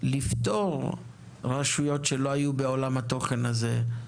לפטור רשויות שלא היו בעולם התוכן הזה,